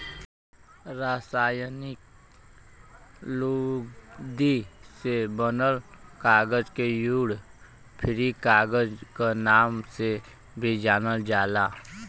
रासायनिक लुगदी से बनल कागज के वुड फ्री कागज क नाम से भी जानल जाला